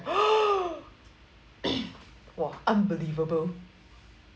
!wah! unbelievable